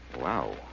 Wow